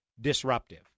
disruptive